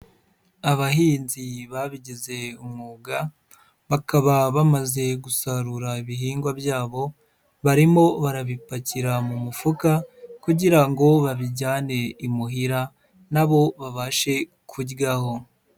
Abahinzi babigize umwuga, bakaba bamaze gusarura ibihingwa byabo, barimo barabipakira mu mufuka kugira ngo babijyane imuhira nabo babashe kuryaho.